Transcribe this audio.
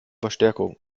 verstärkung